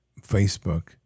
Facebook